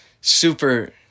Super